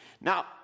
Now